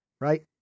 Right